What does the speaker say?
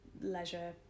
leisure